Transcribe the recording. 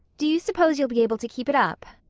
do you suppose you'll be able to keep it up?